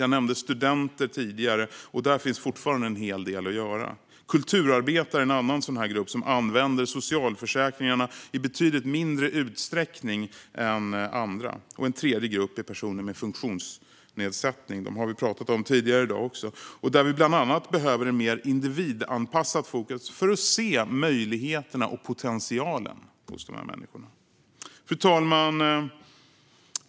Jag nämnde tidigare studenter, och där finns fortfarande en hel del att göra. Kulturarbetare är en annan grupp som använder socialförsäkringarna i betydligt mindre utsträckning än andra. En tredje grupp är personer med funktionsnedsättning. Dem har vi pratat om tidigare i dag. Där behövs bland annat ett mer individanpassat fokus för att se möjligheterna och potentialen hos dessa människor. Fru talman!